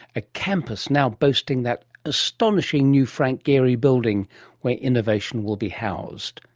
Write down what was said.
a campus now boasting that astonishing new frank gehry building where innovation will be housed.